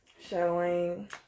Showing